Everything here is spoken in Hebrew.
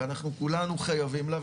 ואנחנו כולנו חייבים לה.